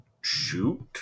Shoot